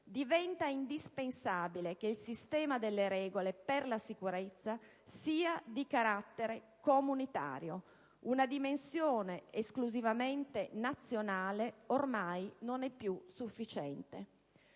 diventa indispensabile che il sistema di regole per la sicurezza sia di carattere comunitario: una dimensione esclusivamente nazionale ormai non è più sufficiente.